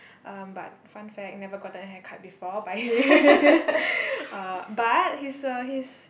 um but fun fact never gotten a haircut before by him uh but his uh his